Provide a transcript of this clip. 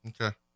Okay